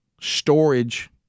storage